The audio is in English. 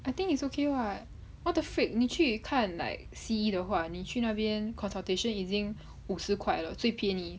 I think it's okay [what] what the freak 你去看 like 西医的话你去那边 consultation 已经五十块了最便宜